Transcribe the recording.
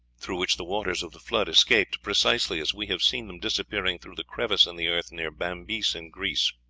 through which the waters of the flood escaped, precisely as we have seen them disappearing through the crevice in the earth near bambyce, in greece.